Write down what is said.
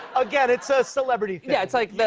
again, it's a celebrity thing. yeah, it's like the